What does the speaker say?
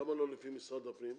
למה לא לפי משרד הפנים?